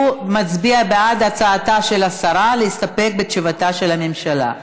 הוא מצביע בעד הצעתה של השרה להסתפק בתשובתה של הממשלה.